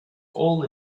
all